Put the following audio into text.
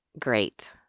great